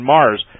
Mars